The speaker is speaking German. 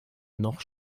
noch